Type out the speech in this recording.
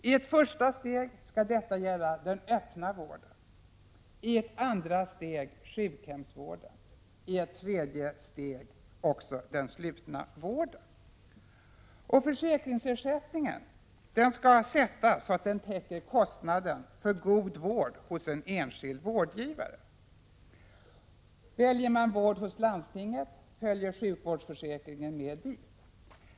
I ett första steg skall detta gälla den öppna vården, i ett andra steg sjukhemsvården och i ett tredje steg den slutna vården. Försäkringsersättningen skall sättas så, att den täcker kostnaden för god vård hos en enskild vårdgivare. Väljer man vård hos landstinget följer sjukvårdsförsäkringen med dit.